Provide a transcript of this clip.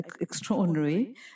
extraordinary